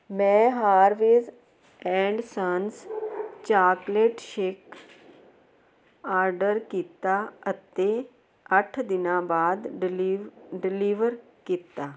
ਮੈਂ Harvey's and Sons chocolate shake order ਕੀਤਾ ਅਤੇ ਅੱਠ ਦਿਨਾਂ ਬਾਅਦ ਡਿਲੀ ਡਿਲੀਵਰ ਕੀਤਾ